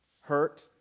hurt